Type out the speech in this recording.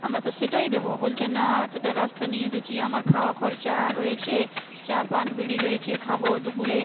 আমরা তো সেটাই দেবো বলছে না এতোটা রাস্তা নিয়ে এসেছি আমার খাওয়া খরচা রয়েছে চা পান বিড়ি রয়েছে খাবো দুপুরে